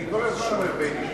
אני כל הזמן אומר "ביינישים".